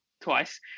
twice